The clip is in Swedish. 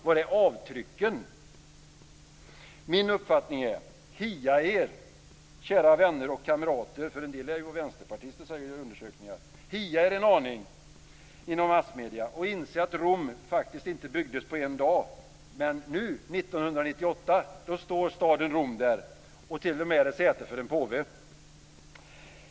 Var är avtrycken? Min uppmaning är: Hia er en aning, kära vänner och kamrater - en del är vänsterpartister enligt undersökningar - inom massmedier och inse att Rom faktiskt inte byggdes på en dag. Men nu, 1998, står staden Rom där och är t.o.m. säte för en påve.